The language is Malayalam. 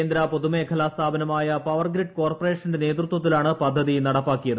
കേന്ദ്ര പൊതുമേഖലാ സ്ഥാപനമായ പവർ ഗ്രിഡ് കോർപ്പറേഷന്റെ നേതൃത്വത്തിലാണ് പദ്ധതി നടപ്പാക്കിയത്